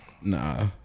Nah